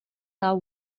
are